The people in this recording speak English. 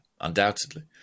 undoubtedly